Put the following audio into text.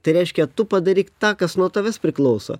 tai reiškia tu padaryk tą kas nuo tavęs priklauso